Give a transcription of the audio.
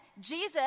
Jesus